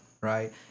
right